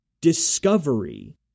discovery